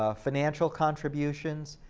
ah financial contributions.